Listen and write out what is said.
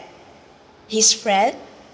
his friend